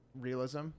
realism